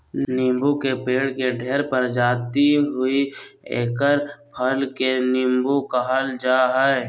नीबू के पेड़ के ढेर प्रजाति हइ एकर फल के नीबू कहल जा हइ